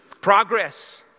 Progress